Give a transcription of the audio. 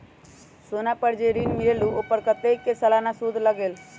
सोना पर जे ऋन मिलेलु ओपर कतेक के सालाना सुद लगेल?